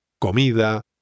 comida